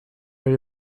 oli